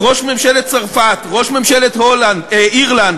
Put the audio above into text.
ראש ממשלת צרפת, ראש ממשלת אירלנד,